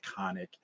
iconic